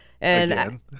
Again